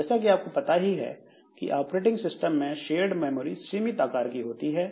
जैसा कि आपको पता ही है कि ऑपरेटिंग सिस्टम में शेयर्ड मेमोरी सीमित आकार की होती है